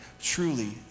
truly